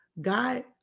God